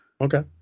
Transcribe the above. Okay